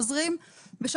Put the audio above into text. אנחנו בסוף עוזבות ועוזבים.